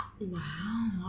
wow